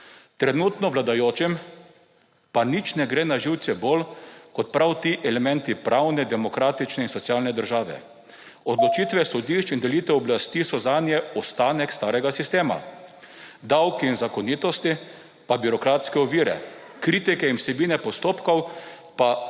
Trenutno pa vladajočim nič ne gre na živce bolj, kot prav ti elementi pravne, demokratične in socialne države. Odločitve sodišč in delitev oblasti so zanje ostanek starega sistema, davki in zakonitosti pa birokratske ovire, kritiki vsebine postopkov pa lenuhi